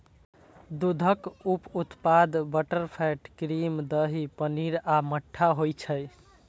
दूधक उप उत्पाद बटरफैट, क्रीम, दही, पनीर आ मट्ठा होइ छै